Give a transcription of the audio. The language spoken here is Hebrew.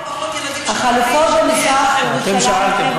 פחות ילדים, אתם שאלתם,